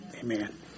Amen